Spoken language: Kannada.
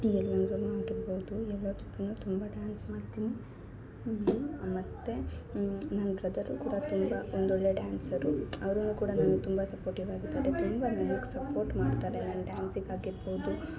ಈ ಎಲ್ಲರು ಆಗಿರ್ಬೌದು ಎಲ್ಲರ ಜೊತೆ ತುಂಬ ಡ್ಯಾನ್ಸ್ ಮಾಡ್ತೀನಿ ಮತ್ತು ನನ್ನ ಬ್ರದರು ಕೂಡ ತುಂಬ ಒಂದು ಒಳ್ಳೆಯ ಡ್ಯಾನ್ಸರು ಅವ್ರು ಕೂಡ ನಾನು ತುಂಬ ಸಪೋರ್ಟಿವ್ ಆಗಿದ್ದಾರೆ ತುಂಬ ನನಗೆ ಸಪೋರ್ಟ್ ಮಾಡ್ತಾರೆ ನನ್ನ ಡ್ಯಾನ್ಸಿಗೆ ಆಗಿರ್ಬೌದು